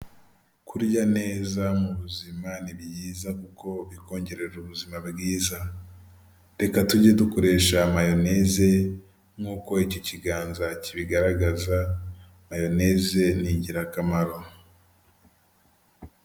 Kurya neza mu buzima ni byiza, kuko bikongerera ubuzima bwiza. Reka tujye dukoresha mayoneze, nk'uko iki kiganza kibigaragaza, mayoneze ni ingirakamaro.